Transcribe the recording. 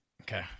okay